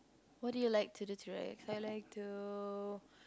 what do you like to do to relax I like to